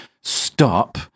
stop